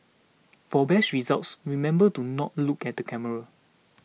for best results remember to not look at the camera